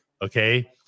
Okay